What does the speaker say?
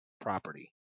property